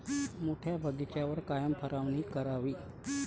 मोठ्या बगीचावर कायन फवारनी करावी?